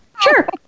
Sure